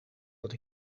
dat